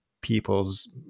people's